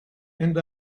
and